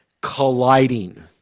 colliding